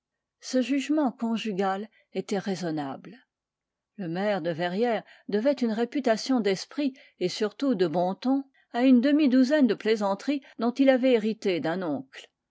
ce jugement conjugal était raisonnable le maire de verrières devait une réputation d'esprit et surtout de bon ton à une demi-douzaine de plaisanteries dont il avait hérité d'un oncle